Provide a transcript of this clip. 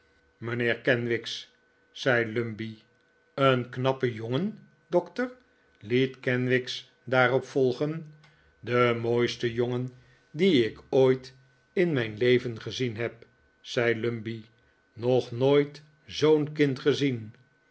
gekomen kenwigs zei lumbey een knappe jongen dokter liet kenwigs daarop volgen de mooiste jongen dien ik ooit in mijn leven gezien heb zei lumbey nog nooit zoo'n kind gezien